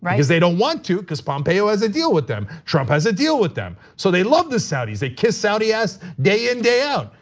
because they don't want to cuz pompeo has a deal with them, trump has a deal with them. so they love the saudis, they kiss saudi ass day in day out,